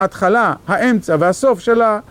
ההתחלה, האמצע והסוף שלה.